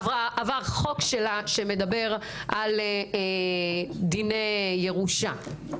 עבר חוק שלה שמדבר על דיני ירושה.